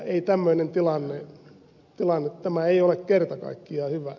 ei tämmöinen tilanne ole kerta kaikkiaan hyvä